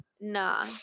Nah